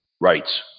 rights